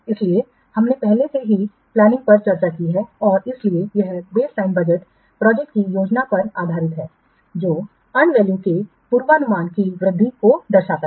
इसलिए हमने पहले से ही नियोजन पर चर्चा की है और इसलिए यह बेसलाइन बजट परियोजना की योजना पर आधारित है जो अर्न वैल्यू में पूर्वानुमान की वृद्धि को दर्शाता है